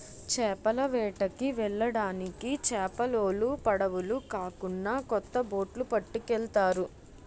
చేపల వేటకి వెళ్ళడానికి చేపలోలు పడవులు కాకున్నా కొత్త బొట్లు పట్టుకెళ్తారు